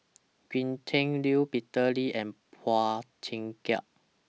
Gretchen Liu Peter Lee and Phua Thin Kiay